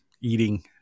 eating